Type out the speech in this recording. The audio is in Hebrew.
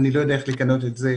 אני לא יודע איך לכנות את זה,